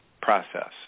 process